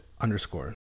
underscore